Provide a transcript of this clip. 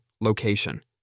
location